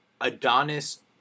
Adonis